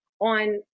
on